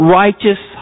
righteous